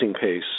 pace